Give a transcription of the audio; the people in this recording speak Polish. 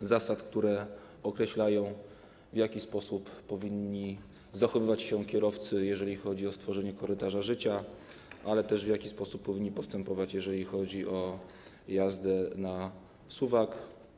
zasad, które określają, w jaki sposób powinni zachowywać się kierowcy, jeżeli chodzi o stworzenie korytarza życia, ale też w jaki sposób powinni postępować w sytuacjach, kiedy konieczna jest jazda na suwak.